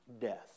death